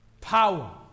Power